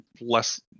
less